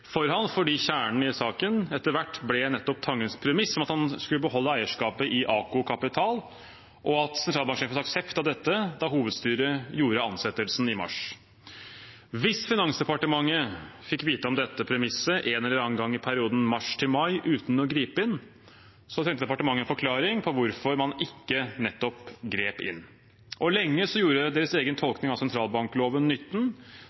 for ham fordi kjernen i saken etter hvert ble nettopp Tangens premiss om at han skulle beholde eierskapet i AKO Capital, og sentralbanksjefens aksept av dette da hovedstyret gjorde ansettelsen i mars. Hvis Finansdepartementet fikk vite om dette premisset en eller annen gang i perioden mars–mai uten å gripe inn, trengte departementet nettopp en forklaring på hvorfor man ikke grep inn. Lenge gjorde deres egen tolkning av sentralbankloven nytten